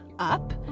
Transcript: Up